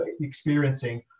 experiencing